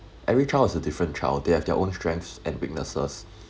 every child is a different child they have their own strengths and weaknesses